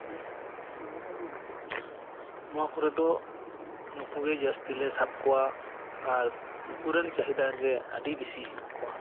ᱱᱚᱣᱟ ᱠᱚᱨᱮ ᱫᱚ ᱱᱩᱠᱩ ᱜᱮ ᱡᱟᱹᱥᱛᱤ ᱞᱮ ᱥᱟᱵ ᱠᱚᱣᱟ ᱟᱨ ᱱᱩᱠᱩ ᱨᱮᱱ ᱪᱟᱦᱤᱫᱟ ᱜᱮ ᱟᱹᱰᱤ ᱵᱮᱥᱤ ᱦᱮᱱᱟᱜ ᱠᱚᱣᱟ